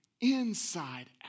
inside